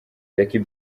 ykee